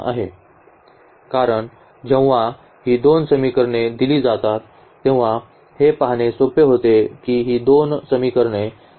कारण जेव्हा ही दोन समीकरणे दिली जातात तेव्हा हे पाहणे सोपे होते की ही दोन्ही समीकरणे समान आहेत